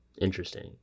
interesting